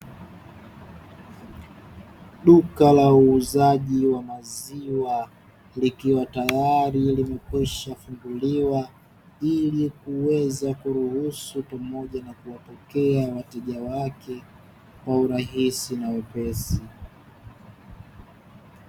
Duka la uuzaji wa maziwa likiwa tayari limekwisha funguliwa, ili kuweza kuruhusu pamoja na kuwapokea wateja wake kwa urahisi na wepesi.